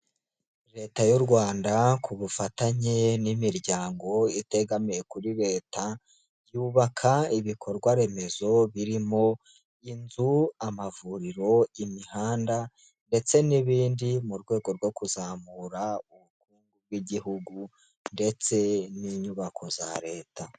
Leta y'u Rwanda ku bufatanye n'imiryango itegamiye kuri Leta, yubaka ibikorwa remezo birimo inzu ,amavuriro, imihanda ndetse n'ibindi, mu rwego rwo kuzamura ubukungu bw'igihugu ndetse n'inyubako za Leta.